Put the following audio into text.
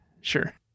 Sure